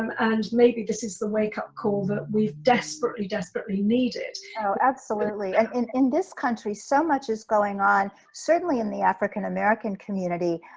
um and maybe this is the wake up call that we've desperately desperately needed. oh absolutely. and in this country so much is going on. certainly in the african american community.